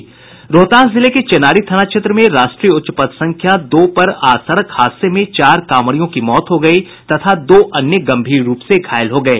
रोहतास जिले के चेनारी थाना क्षेत्र में राष्ट्रीय उच्च पथ संख्या दो पर आज सड़क हादसे में चार कांवरियों की मौत हो गयी तथा दो अन्य गंभीर रूप से घायल हो गये